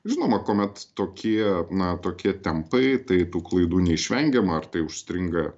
žinoma kuomet tokie na tokie tempai tai tų klaidų neišvengiama ar tai užstringa